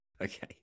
Okay